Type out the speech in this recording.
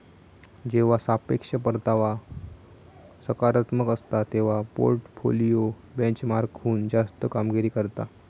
जेव्हा सापेक्ष परतावा सकारात्मक असता, तेव्हा पोर्टफोलिओ बेंचमार्कहुन जास्त कामगिरी करता